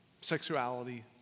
sexuality